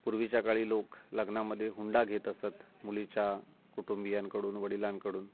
पूर्वीच्या काळी लोक लग्नामध्ये हुंडा घेत असत मुलीच्या कुटुंबियांकडून वडिलांकडून